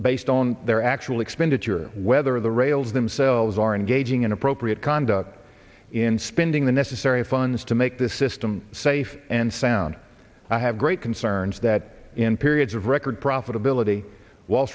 based on their actual expenditure whether the rails themselves are engaging in appropriate conduct in spending the necessary funds to make the system safe and sound i have great concerns that in periods of record profitability wall